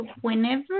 whenever